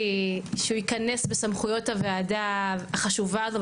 שהוא ייכנס בסמכויות הוועדה החשובה הזאת,